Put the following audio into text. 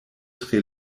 tre